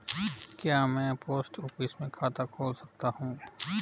क्या मैं post office में खाता खोल सकता हूँ?